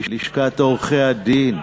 לשכת עורכי-הדין,